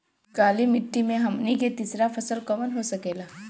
काली मिट्टी में हमनी के तीसरा फसल कवन हो सकेला?